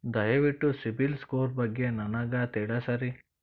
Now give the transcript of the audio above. ದಯವಿಟ್ಟು CIBIL score ಬಗ್ಗೆ ನನಗ ತಿಳಸರಿ?